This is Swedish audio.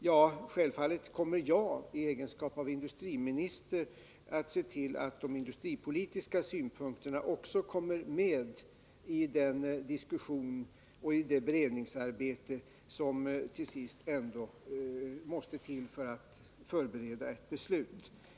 Ja, självfallet kommer jag i egenskap av industriminister att se till att de industripolitiska synpunkterna också kommer med i den diskussion och i det beredningsarbete som till sist måste till före ett beslut.